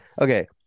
okay